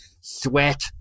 sweat